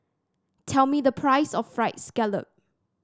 tell me the price of fried scallop